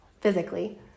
physically